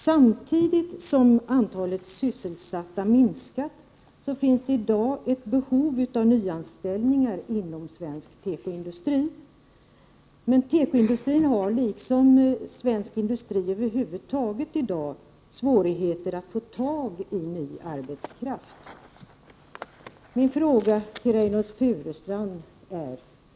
Samtidigt som antalet sysselsatta minskar så finns det i dag ett behov av nyanställningar inom svensk tekoindustri. Tekoindustrin har dock i dag, liksom svensk industri i övrigt, svårigheter att få tag i ny arbetskraft. Jag har två frågor till Reynoldh Furustrand.